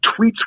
tweets